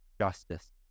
justice